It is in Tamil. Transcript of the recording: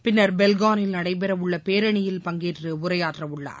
பின்னர் பெல்கானில் நடைபெறவுள்ள பேரணியில் பங்கேற்று உரையாற்றவுள்ளார்